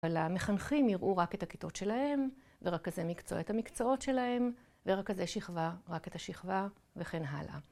המחנכים יראו רק את הכיתות שלהם, ורק איזה מקצוע את המקצועות שלהם, ורק איזה שכבה, רק את השכבה, וכן הלאה.